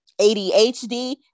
ADHD